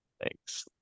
Thanks